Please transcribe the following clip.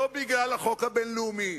לא בגלל החוק הבין-לאומי,